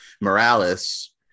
Morales